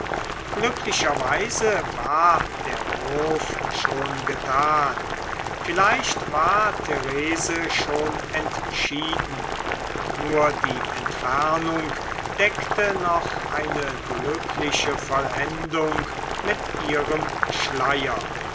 glücklicherweise war der wurf schon getan vielleicht war therese schon entschieden nur die entfernung deckte noch eine glückliche vollendung mit ihrem schleier